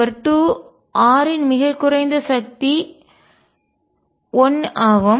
number 2 r இன் மிகக் குறைந்த சக்தி 1 ஆகும்